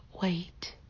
wait